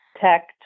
tech